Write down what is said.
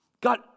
God